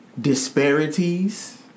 Disparities